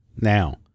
Now